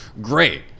Great